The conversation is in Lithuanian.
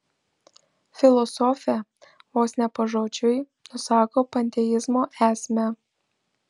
filosofė vos ne pažodžiui nusako panteizmo esmę